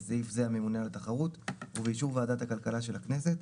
בסעיף זה "הממונה על התחרות" ובאישור ועדת הכלכלה של הכנסת,